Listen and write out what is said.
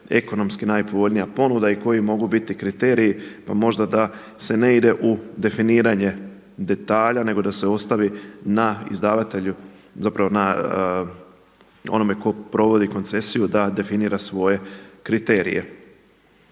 ekonomski najpovoljnija ponuda i koji mogu biti kriteriji, pa možda da se ne ide u definiranje detalja, nego da se ostavi na izdavatelju, zapravo na onome tko provodi koncesiju da definira svoje kriterije.